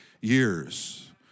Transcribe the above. years